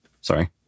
Sorry